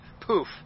poof